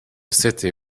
city